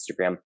Instagram